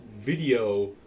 video